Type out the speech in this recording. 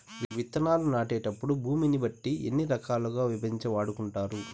విత్తనాలు నాటేటప్పుడు భూమిని బట్టి ఎన్ని రకాలుగా విభజించి వాడుకుంటారు?